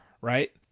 right